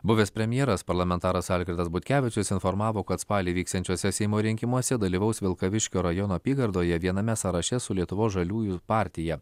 buvęs premjeras parlamentaras algirdas butkevičius informavo kad spalį vyksiančiuose seimo rinkimuose dalyvaus vilkaviškio rajono apygardoje viename sąraše su lietuvos žaliųjų partija